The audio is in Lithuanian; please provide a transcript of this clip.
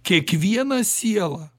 kiekvieną sielą